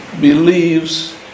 believes